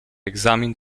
egzamin